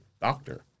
doctor